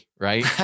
right